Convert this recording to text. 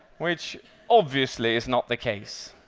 which obviously is not the case.